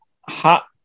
hot